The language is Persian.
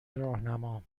راهنما